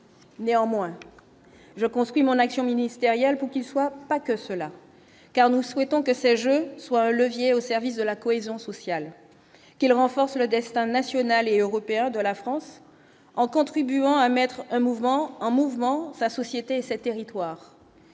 néanmoins je construis mon action ministérielle pour qu'il soit pas que cela, car nous souhaitons que ces Jeux soient un levier au service de la cohésion sociale qu'il renforce le destin national et européen de la France en contribuant à mettre un mouvement, un mouvement sa société 7 territoire